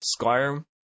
Skyrim